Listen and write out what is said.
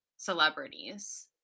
Celebrities